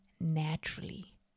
naturally